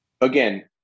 Again